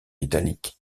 italique